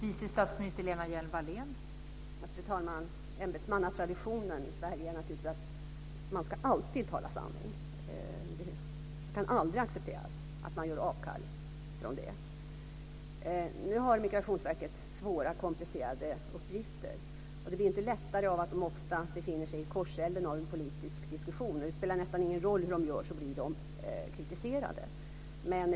Fru talman! Enligt ämbetsmannatraditionen i Sverige ska man naturligtvis alltid tala sanning. Det kan aldrig accepteras att man gör avkall på det. Migrationsverket har svåra och komplicerade uppgifter, och det blir inte lättare av att verket ofta befinner sig i korselden av en politisk diskussion. Det spelar nästan ingen roll hur Migrationsverket gör - det blir kritiserat.